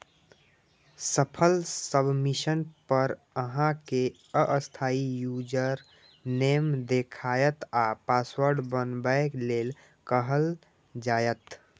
सफल सबमिशन पर अहां कें अस्थायी यूजरनेम देखायत आ पासवर्ड बनबै लेल कहल जायत